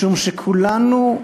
משום שכולנו,